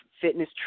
fitness